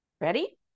Ready